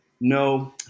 no